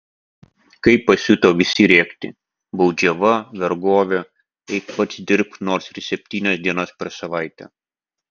kai pasiuto visi rėkti baudžiava vergovė eik pats dirbk nors ir septynias dienas per savaitę